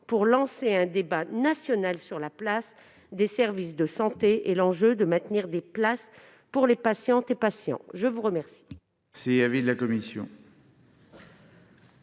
pour lancer un débat national sur l'importance des services de santé et l'enjeu de maintenir des places pour les patientes et les patients. Quel